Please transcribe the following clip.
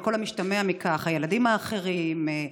על כל המשתמע מכך: הילדים האחרים,